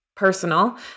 personal